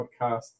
podcast